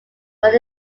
but